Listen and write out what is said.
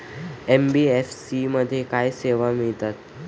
NBFC मध्ये काय सेवा मिळतात?